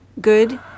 good